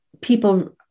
people